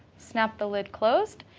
snap the lid closed,